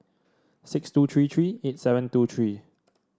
six two three three eight seven two three